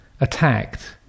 attacked